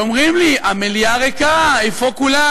כשאומרים לי: המליאה ריקה, איפה כולם?